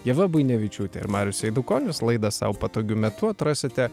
ieva buinevičiūtė ir marius eidukonis laidą sau patogiu metu atrasite